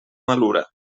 malura